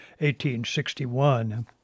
1861